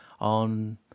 on